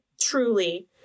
truly